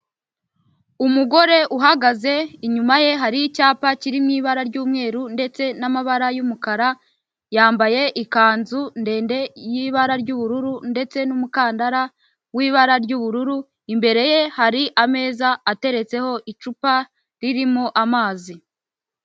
Umugore uhagaze inyuma ye hari icyapa kirimo ibara ry'umweru ndetse n'amabara y'umukara yambaye ikanzu ndende y'ibara ry'ubururu ndetse n'umukandara w'ibara ry'ubururu imbere ye hari ameza ateretseho icupa ririmo amazi.